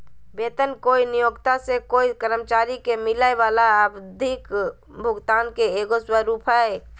वेतन कोय नियोक्त से कोय कर्मचारी के मिलय वला आवधिक भुगतान के एगो स्वरूप हइ